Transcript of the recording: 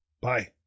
bye